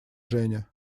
женя